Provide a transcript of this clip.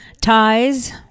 ties